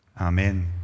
Amen